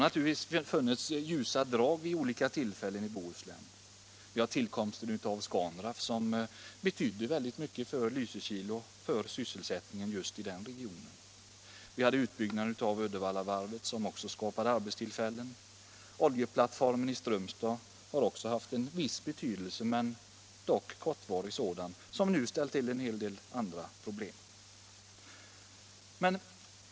Naturligtvis har det vid olika tillfällen funnits ljusa drag även i Bohuslän, t.ex. tillkomsten av Scanraff, som betyder mycket för Lysekil och för sysselsättningen i just den regionen. Vi hade utbyggnaden av Uddevallavarvet som också skapade arbetstillfällen. Oljeplattformen i Strömstad har också haft en viss betydelse, men en kortvarig sådan, vilket nu ställt till en hel del andra problem.